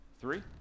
three